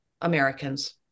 Americans